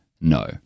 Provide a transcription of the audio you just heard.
no